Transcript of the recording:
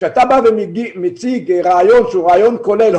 כשאתה בא ומציג רעיון שהוא רעיון כולל,